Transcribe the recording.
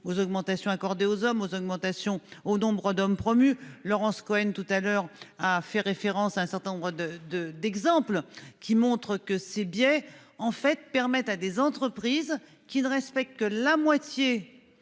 aux augmentations accordées aux hommes aux augmentations au nombre d'hommes promus Laurence Cohen tout à l'heure à fait référence à un certain nombre de de d'exemples qui montrent que ces biais en fait permettent à des entreprises qui ne respectent que la moitié.